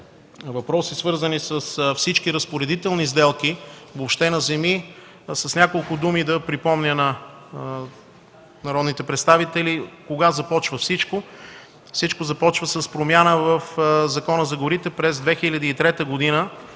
въпроси, свързани с всички разпоредителни сделки въобще на земи, с няколко думи да припомня на народните представители кога започва всичко. Всичко започва с промяна в Закона за горите през 2003 г.,